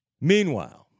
Meanwhile